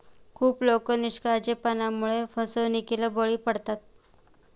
खूप लोक निष्काळजीपणामुळे फसवणुकीला बळी पडतात